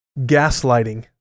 Gaslighting